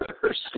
first